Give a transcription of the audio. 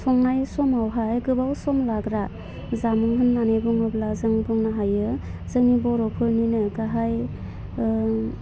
संनाय समावहाय गोबाव सम लाग्रा जामुं होन्नानै बुङोब्ला जों बुंनो हायो जोंनि बर'फोरनिनो गाहाइ